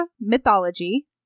mythology